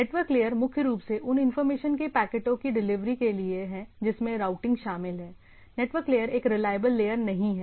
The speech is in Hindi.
नेटवर्क लेयर मुख्य रूप से उन इंफॉर्मेशन के पैकेटों की डिलीवरी के लिए है जिसमें राउटिंग शामिल है नेटवर्क लेयर एक रिलाएबल लेयर नहीं है